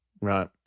Right